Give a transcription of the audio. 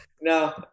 No